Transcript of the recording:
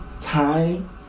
time